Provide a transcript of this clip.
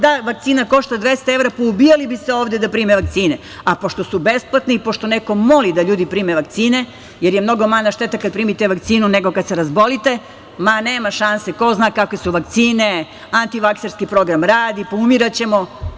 Da vakcina košta 200 evra, poubijali bi se ovde da prime vakcine, a pošto su besplatne i pošto neko moli da primi vakcine, jer je mnogo manja šteta kad primite vakcinu nego kada se razbolite, ma, nema šanse, ko zna kakve su vakcine, antivakserski program radi, poumiraćemo.